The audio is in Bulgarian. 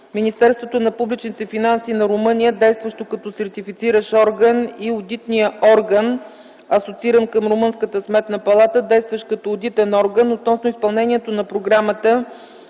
Министерството на публичните финанси на Румъния, действащо като Сертифициращ орган, и Одитния орган (асоцииран към румънската Сметна палата), действащ като Одитен орган, относно изпълнението на Програмата